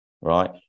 right